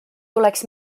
tuleks